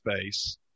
space